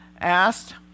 asked